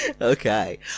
Okay